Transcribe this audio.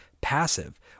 passive